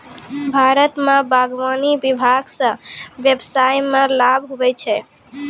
भारत मे बागवानी विभाग से व्यबसाय मे लाभ हुवै छै